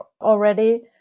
already